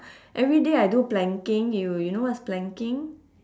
everyday I do planking you you know what's planking